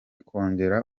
kongera